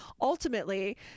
ultimately